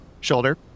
shoulder